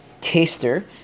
taster